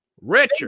Richard